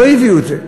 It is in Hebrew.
לא הביאו את זה.